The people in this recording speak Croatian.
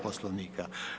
Poslovnika.